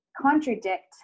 contradict